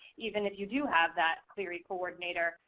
even if you do have that clery coordinator,